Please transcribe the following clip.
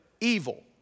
evil